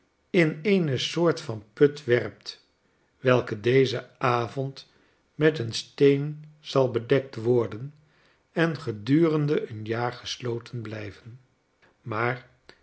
in eene soort van put werpt welke dezen avond met een steen zal bedekt worden en gedurende een jaar gesloten blijven maar